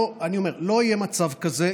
אני אומר: לא יהיה מצב כזה,